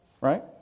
Right